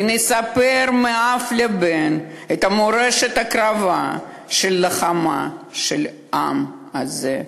ונספר מאב לבן את מורשת ההקרבה של העם הזה,